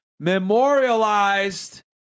Memorialized